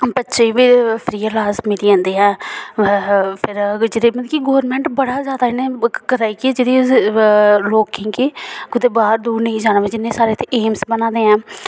बच्चें गी फिर फ्री ईलाज मिली जांदी ऐ फिर जेह्दे मतलब कि गौरमेंट बड़ा ज्यादा इन्ना करा दी कि जिनें लोकें गी कुते बाहर दूर नेई जाना पवै जिंया स्हाड़े एम्स बना दे ऐं